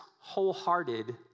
wholehearted